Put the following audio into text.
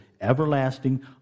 everlasting